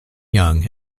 young